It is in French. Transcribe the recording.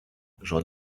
j’en